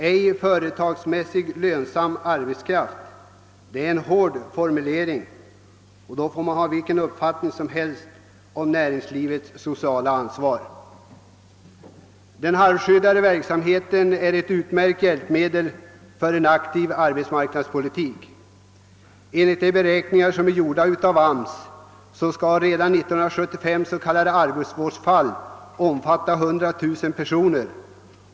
»Ej företagsmässigt lönsam arbetskraft» är en hård formulering, vilken uppfattning man än har om näringslivets sociala ansvar. Den halvskyddade verksamheten är ett utmärkt hjälpmedel i en aktiv arbetsmarknadspolitik. Enligt de beräkningar som har gjorts av AMS skulle de s.k. arbetsvårdsfallen redan år 1975 omfatta 100 000 personer.